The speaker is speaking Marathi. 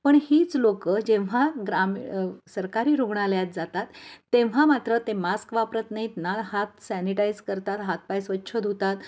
पण हीच लोकं जेव्हा ग्रामीण सरकारी रुग्णालयात जातात तेव्हा मात्र ते मास्क वापरत नाहीत ना हात सॅनिटाईज करतात हातपाय स्वच्छ धुतात